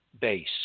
base